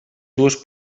dues